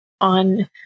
on